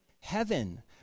heaven